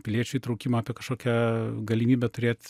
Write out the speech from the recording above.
piliečių įtraukimą apie kažkokią galimybę turėt